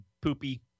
poopy